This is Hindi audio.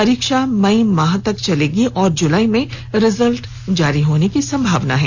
परीक्षा मई माह तक चलेगी और जुलाई में रिजल्ट जारी होने की संभावना है